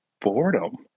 boredom